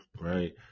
right